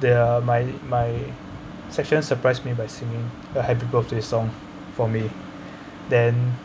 they my my section surprised me by singing a happy birthday song for me then